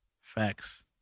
Facts